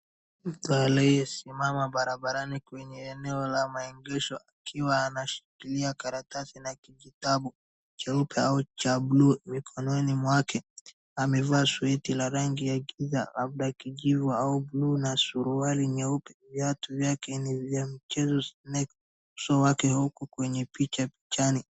Mtu aliyesimama barabarani kwenye eneo la maegesho akiwa anashikilia karatasi na kijitabu cha buluu mkononi mwake. Amevaa suti la rangi ya giza labda kijivu au buluu na suruali nyeupe, viatu vyake ni vya mchezo.